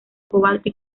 cobalto